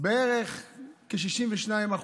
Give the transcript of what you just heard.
בערך כ-62%.